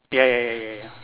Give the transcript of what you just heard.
ya ya ya ya ya